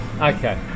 Okay